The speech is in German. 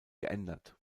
geändert